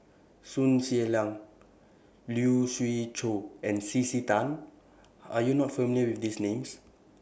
Sun Xueling Lee Siew Choh and C C Tan Are YOU not familiar with These Names